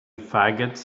faggots